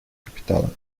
капитала